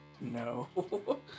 No